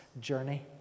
journey